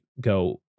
go